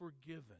forgiven